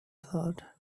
thought